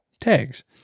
tags